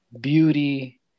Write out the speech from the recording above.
beauty